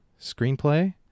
screenplay